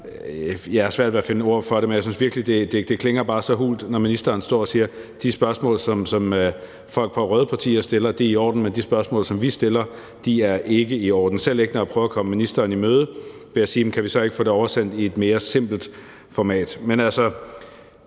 Jeg har svært ved at finde ord for det, men jeg synes virkelig bare, at det klinger så hult, når ministeren står og siger, at de spørgsmål, som folk fra røde partier stiller, er i orden, men at de spørgsmål, som vi stiller, ikke er i orden, selv ikke når jeg prøver at komme ministeren i møde ved at spørge, om vi så ikke kan få det oversendt i et mere simpelt format.